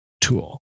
tool